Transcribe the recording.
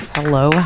Hello